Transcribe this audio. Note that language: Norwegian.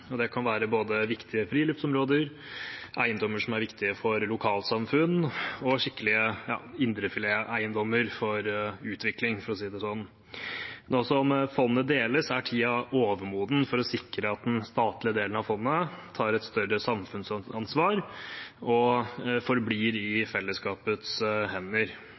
Det kan være både viktige friluftsområder, eiendommer som er viktige for lokalsamfunn, og skikkelig indrefileteiendommer for utvikling, for å si det sånn. Nå som fondet deles, er tiden overmoden for å sikre at den statlige delen av fondet tar et større samfunnsansvar og forblir på fellesskapets hender.